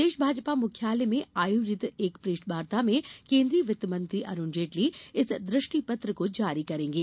प्रदेश भाजपा मुख्यालय में आयोजित एक प्रेसवार्ता में केन्द्रीय वित्तमंत्री अरूण जेटली इस दृष्टिपत्र को जारी करेंगे